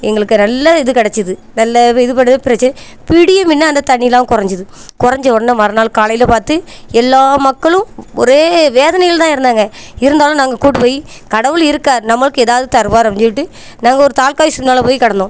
எங்களுக்கு நல்ல இது கிடச்சிது நல்ல இது பண்ணு பிரச்ச விடியும் முன்ன அந்த தண்ணியெலாம் குறஞ்சிது குறஞ்ச உடனே மறுநாள் காலையில் பார்த்து எல்லா மக்களும் ஒரே வேதனையில் தான் இருந்தாங்க இருந்தாலும் நாங்க கூட்டு போய் கடவுள் இருக்கார் நம்மளுக்கு எதாவது தருவார் அப்படின்னு சொல்லிட்டு நாங்க ஒரு தாலுக்கா ஆஃபீஸ் முன்னால் போய் கிடந்தோம்